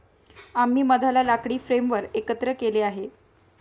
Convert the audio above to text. आम्ही मधाला लाकडी फ्रेमवर एकत्र केले आहे